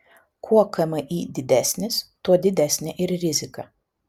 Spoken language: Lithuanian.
kuo kmi didesnis tuo didesnė ir rizika